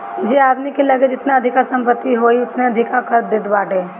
जे आदमी के लगे जेतना अधिका संपत्ति होई उ ओतने अधिका कर देत बाटे